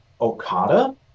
Okada